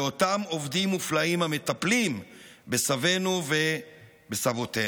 לאותם עובדים מופלאים המטפלים בסבינו ובסבותינו.